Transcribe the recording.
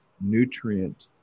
nutrient